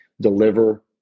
deliver